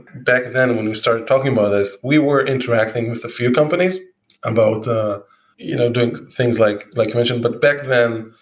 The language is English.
back then when we started talking about this, we were interacting with a few companies about you know doing things like like you mentioned, but back then,